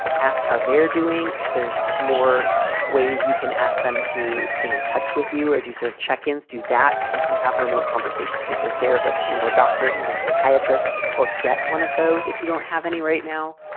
ask how they're doing. if there's more ways you can ask them to stay in touch with you or do sort of check ins, do that if you can have remote conversations with your therapist and or doctor and or psychiatrist or get one of those if you don't have any right now.